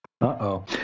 Uh-oh